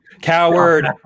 Coward